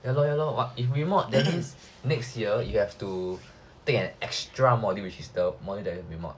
ya lor ya lor !wah! if remod that means next year you have to take on an extra module which is the module you have to remod